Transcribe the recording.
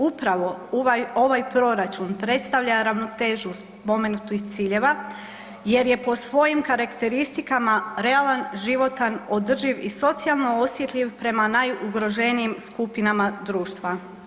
Upravo ovaj proračun predstavlja ravnotežu spomenutih ciljeva, jer je po svojim karakteristikama realan, životan, održiv i socijalno osjetljiv prema najugroženijim skupinama društva.